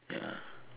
ya